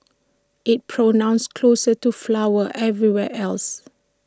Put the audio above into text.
it's pronounced closer to flower everywhere else